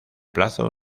plazo